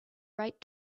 right